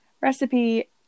recipe